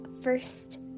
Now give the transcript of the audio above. first